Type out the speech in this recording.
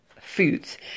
foods